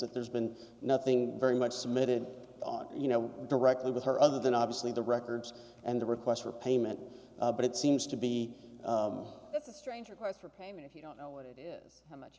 that there's been nothing very much submitted on you know directly with her other than obviously the records and the requests for payment but it seems to be a strange request for payment if you don't know what it is how much